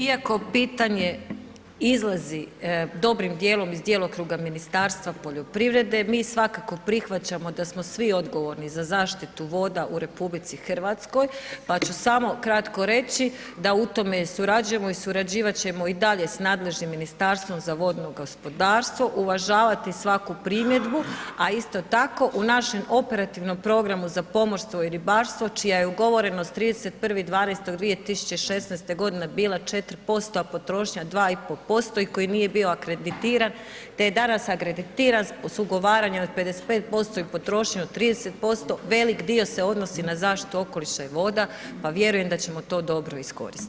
Iako pitanje izlazi dobrim dijelom iz djelokruga Ministarstva poljoprivrede, mi svakako prihvaćamo da smo svi odgovorni za zaštitu voda u RH, pa ću samo kratko reći da u tome surađujemo i surađivat ćemo i dalje s nadležnim Ministarstvom za vodno gospodarstvo, uvažavati svaku primjedbu, a isto tako u našem operativnom programu za pomorstvo i ribarstvo čija je ugovorenost 31.12.2016.g. bila 4%, a potrošnja 2,5% i koji nije bio akreditiran, te je danas akreditiran s ugovaranjem od 55% i potrošnju od 30%, velik dio se odnosi na zaštitu okoliša i voda, pa vjerujem da ćemo to dobro iskoristit.